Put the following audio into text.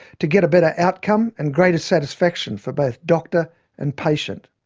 to get a better outcome and greater satisfaction for both doctor and patient?